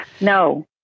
No